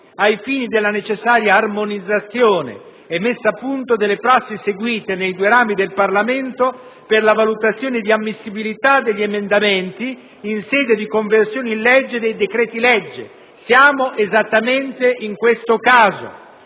«ai fini della necessaria armonizzazione e messa a punto delle prassi seguite nei due rami del Parlamento per la valutazione di ammissibilità degli emendamenti in sede di conversione in legge dei decreti-legge». Siamo esattamente in questo caso.